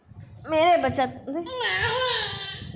मेरे बचत खाते में शेष राशि क्या है?